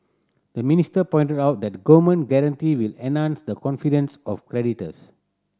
the minister pointed out that a government guarantee will enhance the confidence of creditors